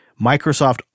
Microsoft